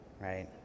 right